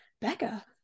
Becca